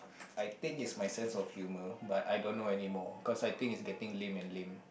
I think it's my sense of humor but I don't know anymore cause I think it's getting lame and lame